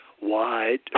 wide